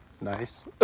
nice